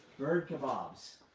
bird kabobs.